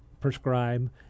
prescribe